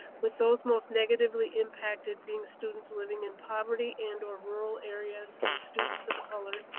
with those most negatively impacted being students living in poverty and or rural areas and students of color.